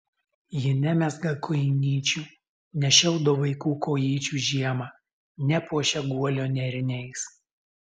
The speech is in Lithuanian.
jie nemezga kojinyčių nešildo vaikų kojyčių žiemą nepuošia guolio nėriniais